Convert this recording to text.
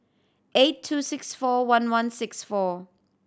eight two six four one one six four